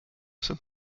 sind